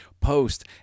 post